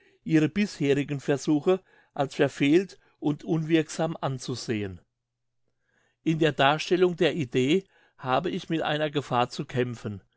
ihre bisherigen versuche als verfehlt und unwirksam anzusehen in der darstellung der idee habe ich mit einer gefahr zu kämpfen